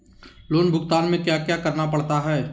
loan भुगतान में क्या क्या करना पड़ता है